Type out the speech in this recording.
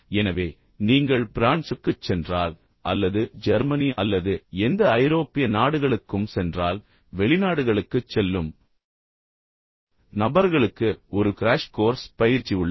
எனவே நீங்கள் பிரான்சுக்குச் சென்றால் அல்லது ஜெர்மனி அல்லது எந்த ஐரோப்பிய நாடுகளுக்கும் சென்றால் வெளிநாடுகளுக்குச் செல்லும் நபர்களுக்கு ஒரு க்ராஷ் கோர்ஸ் பயிற்சி உள்ளது